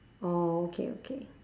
orh okay okay